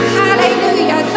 hallelujah